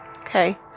Okay